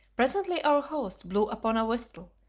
presently our host blew upon a whistle,